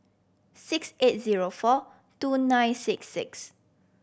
six eight zero four two nine six six